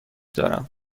دارم